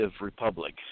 republic